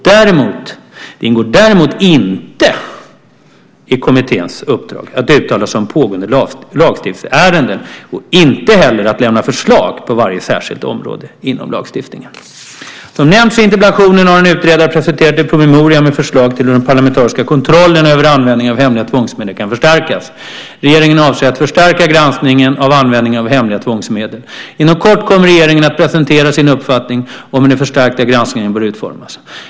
Det ingår däremot inte i kommitténs uppdrag att uttala sig om pågående lagstiftningsärenden och inte heller att lämna förslag på varje särskilt område inom lagstiftningen. Som nämnts i interpellationen har en utredare presenterat en promemoria med förslag till hur den parlamentariska kontrollen över användningen av hemliga tvångsmedel kan förstärkas. Regeringen avser att förstärka granskningen av användningen av hemliga tvångsmedel. Inom kort kommer regeringen att presentera sin uppfattning om hur den förstärkta granskningen bör utformas.